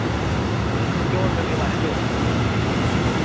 चौथ करगे म्हाराज चौथ